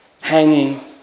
hanging